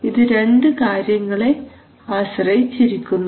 ഇത് രണ്ടു കാര്യങ്ങളെ ആശ്രയിച്ചിരിക്കുന്നു